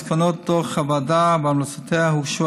מסקנות דוח הוועדה והמלצותיה הוגשו